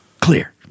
clear